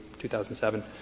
2007